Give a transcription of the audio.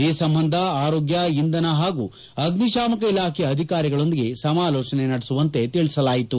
ಈ ಸಂಬಂಧ ಆರೋಗ್ಯ ಇಂಧನ ಹಾಗೂ ಅಗ್ನಿಶಾಮಕ ಇಲಾಖೆಯ ಅಧಿಕಾರಿಗಳೊಂದಿಗೆ ಸಮಾಲೋಚನೆ ನಡೆಸುವಂತೆ ತಿಳಿಸಲಾಯಿತು